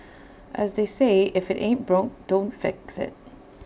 as they say if IT ain't broke don't fix IT